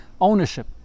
ownership